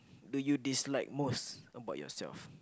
do you dislike most about yourself